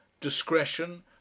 discretion